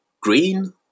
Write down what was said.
green